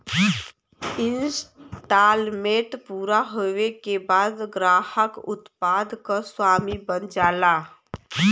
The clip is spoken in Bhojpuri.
इन्सटॉलमेंट पूरा होये के बाद ग्राहक उत्पाद क स्वामी बन जाला